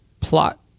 plot